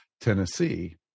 Tennessee